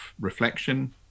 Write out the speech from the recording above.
reflection